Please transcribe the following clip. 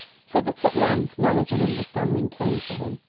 so that at length knowledge and understanding came to him,